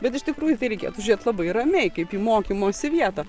bet iš tikrųjų į tai reikėtų žiūrėt labai ramiai kaip į mokymosi vietą